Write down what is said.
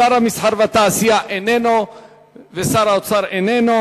שר המסחר והתעשייה איננו ושר האוצר איננו.